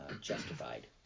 justified